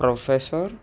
professor